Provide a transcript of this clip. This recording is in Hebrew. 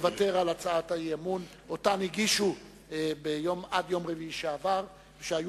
לוותר על הצעות האי-אמון שהגישו עד יום רביעי שעבר והיו